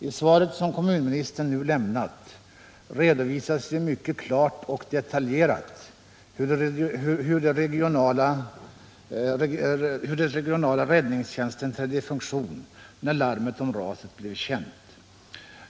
I svaret som kommunministern nu lämnat redovisas mycket klart och detaljerat hur den regionala räddningstjänsten trädde i funktion när larmet om raset blivit känt.